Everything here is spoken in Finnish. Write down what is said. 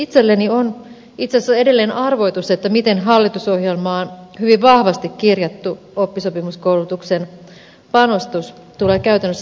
itselleni on itse asiassa edelleen arvoitus miten hallitusohjelmaan hyvin vahvasti kirjattu oppisopimuskoulutuksen panostus tulee käytännössä toteutumaan